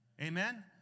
Amen